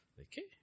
Okay